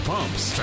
Pumps